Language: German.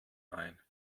ein